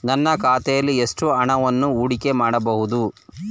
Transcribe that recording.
ನನ್ನ ಖಾತೆಯಲ್ಲಿ ಎಷ್ಟು ಹಣವನ್ನು ಹೂಡಿಕೆ ಮಾಡಬಹುದು?